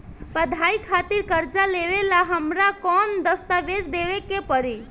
पढ़ाई खातिर कर्जा लेवेला हमरा कौन दस्तावेज़ देवे के पड़ी?